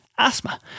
Asthma